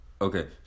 Okay